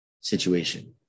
situation